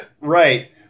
right